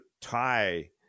tie